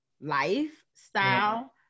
lifestyle